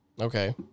Okay